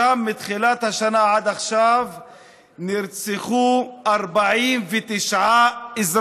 שם, מתחילת השנה ועד עכשיו נרצחו 49 אזרחים.